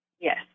Yes